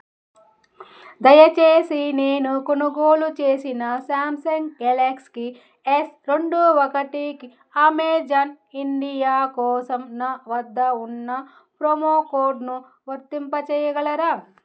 దయచేసి నేను కొనుగోలు చేసిన శాంసంగ్ గెలాక్స్కి ఎస్ రెండు ఒకటీకి అమెజాన్ ఇండియా కోసం నా వద్ద ఉన్న ప్రోమోకోడ్ను వర్తింపచేయగలరా